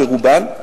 ברובן.